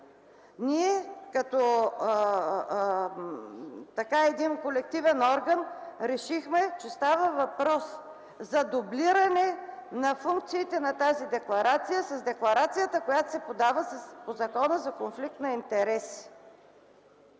Ние, като един колективен орган, решихме, че става въпрос за дублиране на функциите на тази декларация с декларацията, която се подава по Закона за конфликт на интереси.